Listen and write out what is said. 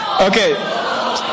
Okay